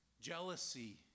jealousy